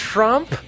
Trump